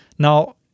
Now